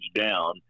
down